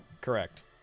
Correct